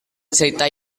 cerita